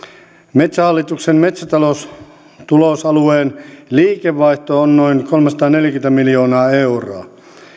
metsähallituksen metsätaloustulosalueen liikevaihto on noin kolmesataaneljäkymmentä miljoonaa euroa